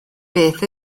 beth